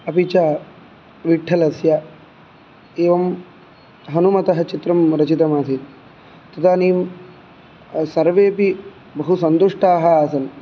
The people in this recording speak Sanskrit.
अपि च विठ्ठलस्य एवं हनुमतः चित्रं रचितमासीत् तदानीं सर्वेऽपि बहु सन्तुष्टाः आसन्